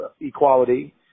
equality